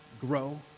grow